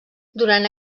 durant